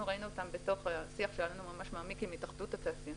ראינו אותן בתוך השיח המעמיק שלנו עם התאחדות התעשיינים.